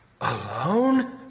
Alone